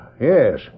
yes